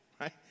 right